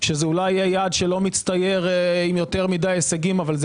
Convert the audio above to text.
שזה אולי לא יעד שמצטייר עם יותר מדי הישגים אבל זה